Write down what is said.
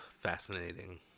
fascinating